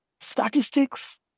statistics